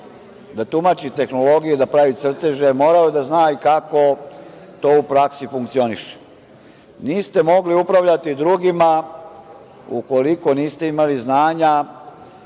da tumači tehnologiju i pravi crteže, morao je da zna i kako to u praksi funkcioniše. Niste mogli upravljati drugima ukoliko niste imali znanja